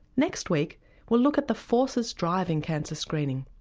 next week we'll look at the forces driving cancer screening.